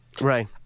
Right